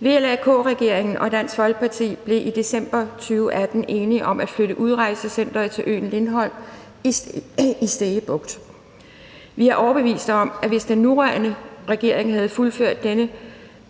VLAK-regeringen og Dansk Folkeparti blev i december 2018 enige om at flytte udrejsecenteret til øen Lindholm i Stege Bugt. Vi er overbevist om, at hvis den nuværende regering havde fuldført denne